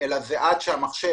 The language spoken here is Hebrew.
אלא זה עד שהמחשב,